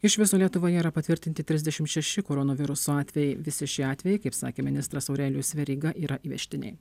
iš viso lietuvoje yra patvirtinti trisdešim šeši koronaviruso atvejai visi šie atvejai kaip sakė ministras aurelijus veryga yra įvežtiniai